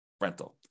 rental